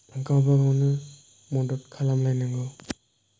गावबा गावनो मदद खालाम लायनांगौ